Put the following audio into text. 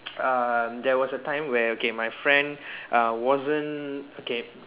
um there was a time where okay my friend err wasn't okay